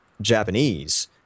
Japanese